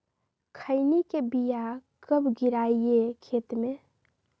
खैनी के बिया कब गिराइये खेत मे?